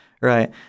right